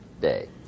day